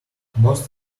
most